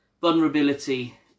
vulnerability